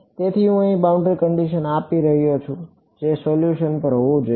તેથી હું boundary condition આપી રહ્યો છું જે સોલ્યુશન પર હોવું જોઈએ